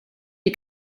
est